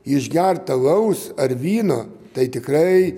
išgert alaus ar vyno tai tikrai